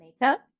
makeup